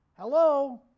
Hello